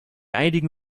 einigen